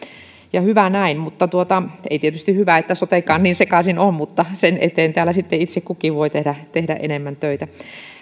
ja hyvä näin ei tietysti hyvä että sotekin niin sekaisin on mutta sen eteen täällä sitten itse kukin voi tehdä enemmän töitä